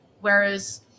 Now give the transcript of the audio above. whereas